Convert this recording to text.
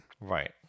Right